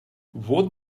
what